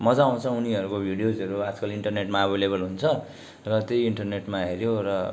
मजा आउँछ उनीहरूको भिडियोजहरू आजकल इन्टरनेटमा अभाएलेबल हुन्छ र त्यही इन्टरनेटमा हेर्यो र